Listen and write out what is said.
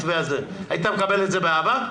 היית מקבל את זה באהבה?